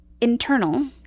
internal